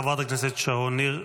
חברת הכנסת שרון ניר.